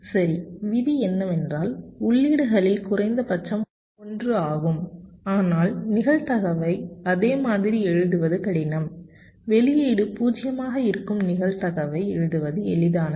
சரி விதி என்னவென்றால் உள்ளீடுகளில் குறைந்தபட்சம் 1 ஆகும் ஆனால் நிகழ்தகவை அதே மாதிரி எழுதுவது கடினம் வெளியீடு 0 ஆக இருக்கும் நிகழ்தகவை எழுதுவது எளிதானது